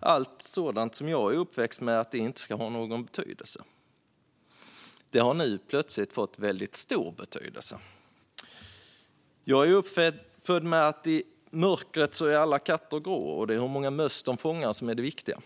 Allt sådant som jag är uppväxt med inte ska ha någon betydelse har plötsligt fått stor betydelse. Under uppväxten fick jag höra att i mörkret är alla katter grå och att det viktiga är hur många möss de fångar.